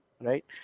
right